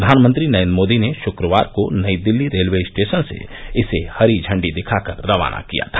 प्रधानमंत्री नरेन्द्र मोदी ने श्रक्रवार को नई दिल्ली रेलवे स्टेशन से इसे झंडी दिखाकर रवाना किया था